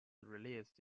released